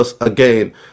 again